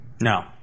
No